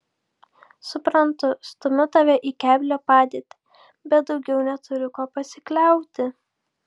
suprantu stumiu tave į keblią padėtį bet daugiau neturiu kuo pasikliauti